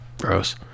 Gross